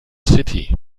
city